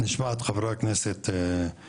נשמע את חברי הכנסת בזום,